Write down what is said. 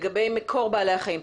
לגבי מקור בעלי החיים.